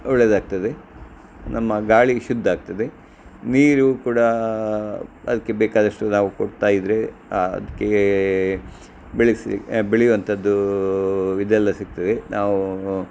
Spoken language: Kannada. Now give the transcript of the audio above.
ಒಳ್ಳೆಯದಾಗ್ತದೆ ನಮ್ಮ ಗಾಳಿ ಶುದ್ಧ ಆಗ್ತದೆ ನೀರು ಕೂಡ ಅದಕ್ಕೆ ಬೇಕಾದಷ್ಟು ನಾವು ಕೊಡ್ತಾಯಿದ್ದರೆ ಅದಕ್ಕೆ ಬೆಳೆಸಿ ಬೆಳೆಯುವಂಥದ್ದೂ ಇದೆಲ್ಲ ಸಿಗ್ತದೆ ನಾವೂ